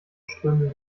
strömen